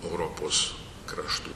europos kraštų